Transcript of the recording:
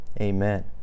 Amen